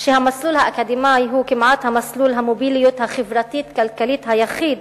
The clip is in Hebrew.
שהמסלול האקדמי הוא כמעט מסלול המוביליות החברתית-כלכלית היחיד